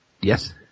Yes